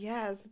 Yes